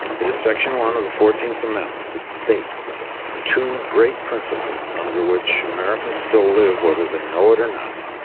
it is section one of the fourteenth amendment that states two great principles under which americans still live, whether they know it or not,